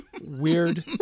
weird